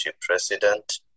President